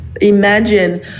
Imagine